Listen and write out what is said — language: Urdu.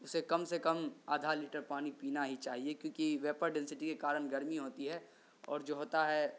اسے کم سے کم آدھا لیٹر پانی پینا ہی چاہیے کیونکہ ویپو ڈینسٹی کے کارن گرمی ہوتی ہے اور جو ہوتا ہے